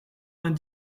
vingt